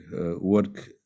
work